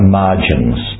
margins